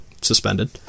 suspended